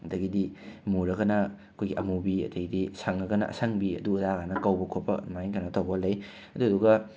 ꯑꯗꯒꯤꯗꯤ ꯃꯨꯔꯒꯅ ꯑꯩꯈꯣꯏꯒꯤ ꯑꯃꯨꯕꯤ ꯑꯗꯒꯤꯗꯤ ꯁꯪꯉꯒꯅ ꯑꯁꯪꯕꯤ ꯑꯗꯨ ꯑꯗꯥ ꯀꯥꯏꯅ ꯀꯧꯕ ꯈꯣꯠꯄ ꯑꯗꯨꯃꯥꯏꯅ ꯀꯩꯅꯣ ꯇꯧꯕ ꯂꯩ ꯑꯗꯨꯗꯨꯒ